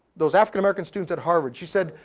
those african american students at harvard. she said,